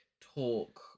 talk